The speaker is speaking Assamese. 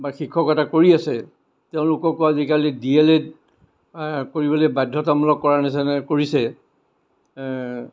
বা শিক্ষকতা কৰি আছে তেওঁলোককো আজিকালি ডি এল এড কৰিবলৈ বাধ্যতামূলক কৰাৰ নিচিনাকৈ কৰিছে